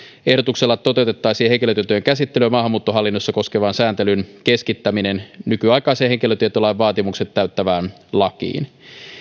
ehdotuksella toteutettaisiin henkilötietojen käsittelyä maahanmuuttohallinnossa koskevan sääntelyn keskittäminen nykyaikaisen henkilötietolain vaatimukset täyttävään lakiin